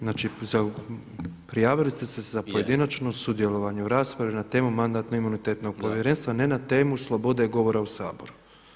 Znači prijavili ste se za pojedinačno sudjelovanje u raspravi na temu Mandatno-imunitetnog povjerenstva, ne na temu slobode govora u saboru.